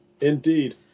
Indeed